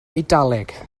eidaleg